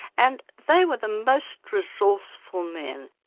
and they were the most resourceful men.